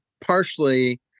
partially